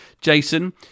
Jason